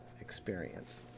experience